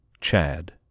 Chad